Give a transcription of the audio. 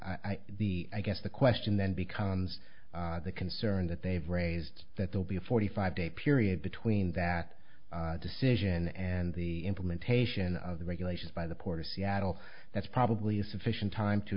seattle the i guess the question then becomes the concern that they've raised that they'll be a forty five day period between that decision and the implementation of the regulations by the port of seattle that's probably a sufficient time to